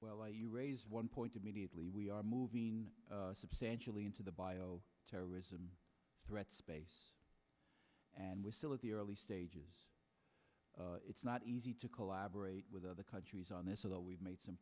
resources one point immediately we are moving substantially into the bio terrorism threat space and we're still at the early stages it's not easy to collaborate with other countries on this or that we've made some